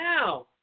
now